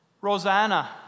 Rosanna